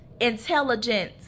intelligent